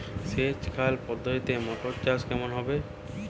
সেচ খাল পদ্ধতিতে মটর চাষ কেমন হবে?